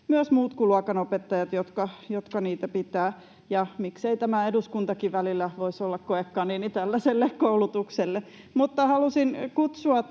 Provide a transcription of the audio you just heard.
olla myös muut kuin luokanopettajat, jotka niitä tunteja pitävät. Ja miksei tämä eduskuntakin välillä voisi olla koekaniini tällaiselle koulutukselle. Halusin kutsua